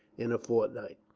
in a fortnight.